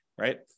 right